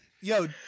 yo